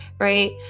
Right